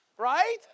right